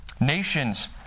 Nations